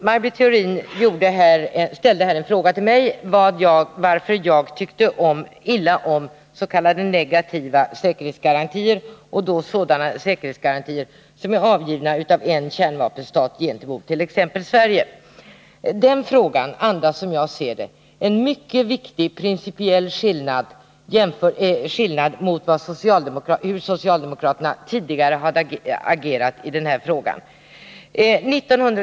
Herr talman! Maj Britt Theorin ställde här en fråga till mig. Hon frågade varför jag tycker illa om s.k. negativa säkerhetsgarantier, nämligen sådana säkerhetsgarantier som är avgivna av en kärnvapenstat gentemot t.ex. Sverige. Den frågan visar, som jag ser det, på en mycket viktig principiell skillnad mellan socialdemokraternas nuvarande inställning och deras tidigare agerande i den här frågan.